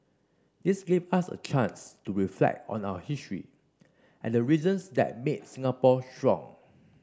this gave us a chance to reflect on our history and the reasons that made Singapore strong